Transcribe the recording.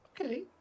Okay